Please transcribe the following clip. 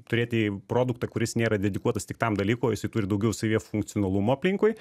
turėti produktą kuris nėra dedikuotas tik tam dalykui o jisai turi daugiau savyje funkcionalumo aplinkui